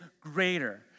greater